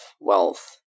wealth